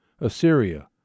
Assyria